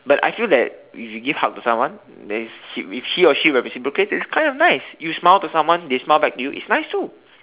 but I feel that if you give hug to someone then if he or she will will reciprocate it's kind of nice you smile to someone they smile back to you it's nice too